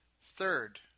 Third